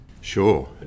Sure